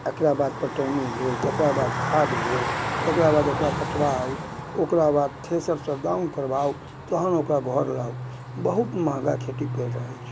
एकरा बाद पटौनी भेल तकरा बाद खाद भेल तकरा बाद ओकरा कटवाउ ओकरा बाद थ्रेसरसँ दाउन करबाउ तहन ओकरा घर लाउ बहुत महँगा खेती पड़ि रहल छै